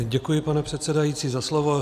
Děkuji, pane předsedající, za slovo.